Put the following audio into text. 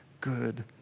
good